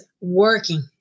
working